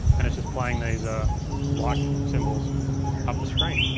and it's just playing these ah like symbols up the screen,